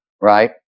right